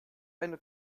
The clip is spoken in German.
eine